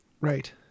Right